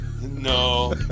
No